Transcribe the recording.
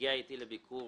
הגיע אתי לביקור